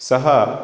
सः